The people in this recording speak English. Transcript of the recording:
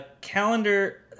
Calendar